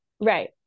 Right